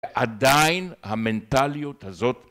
עדיין המנטליות הזאת